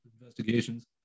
investigations